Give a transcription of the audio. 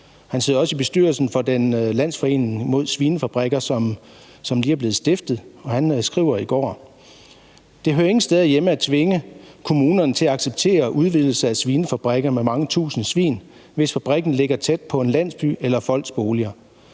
også sidder i bestyrelsen for Landsforeningen mod Svinefabrikker, som lige er blevet stiftet – skriver i går på sin facebookside: »Det hører ingen steder hjemme at tvinge kommunerne til at acceptere udvidelser af svinefabrikker med mange tusinde svin, hvis fabrikken ligger tæt på en landsby eller folks boliger.